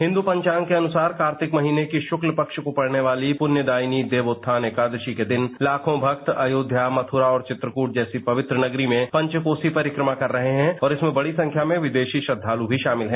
हिंदू पंचाग के अनुसार कार्तिक महीने के शुक्ल पक्ष को पड़ने वाले पुण्यदायिनी देवोत्थान एकादशी के दिन लाखों भक्त अयोध्या मथुरा और वित्रकूट जैसी पवित्र नगरी में पंचकोत्ती परिक्रमा कर रहे हैं और इसमें बड़ी संख्या में विदेशी श्रद्वाल् भी शामिल हैं